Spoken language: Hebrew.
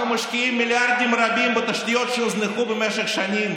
אנחנו משקיעים מיליארדים רבים בתשתיות שהוזנחו במשך שנים,